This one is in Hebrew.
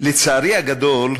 לצערי הגדול,